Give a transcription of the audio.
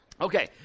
Okay